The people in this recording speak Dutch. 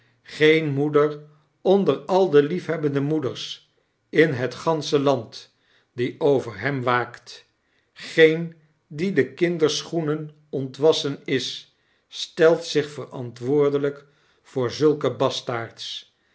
geen moeder onder al de liefhebbende moedera in het gansche land die over hem waakt geen die den kinderschoenen ontwassen is stelt zich verantwoordelijk voor zulke